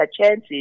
chances